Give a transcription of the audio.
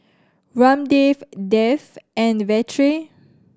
Ramdev Dev and Vedre